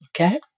Okay